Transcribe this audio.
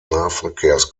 nahverkehrs